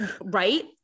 Right